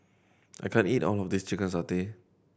I can't eat all of this chicken satay